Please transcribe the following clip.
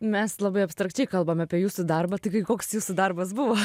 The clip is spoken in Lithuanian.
mes labai abstrakčiai kalbam apie jūsų darbą taigi koks jūsų darbas buvo